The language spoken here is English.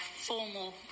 formal